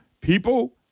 people